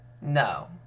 No